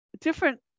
different